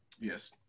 Yes